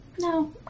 No